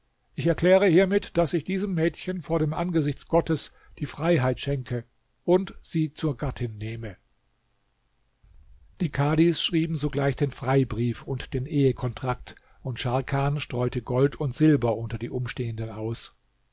ich erkläre hiermit daß ich diesem mädchen vor dem angesicht gottes die freiheit schenke und sie zur gattin nehme die kadhis schrieben sogleich den freibrief und den ehekontrakt und scharkan streute gold und silber unter die umstehenden aus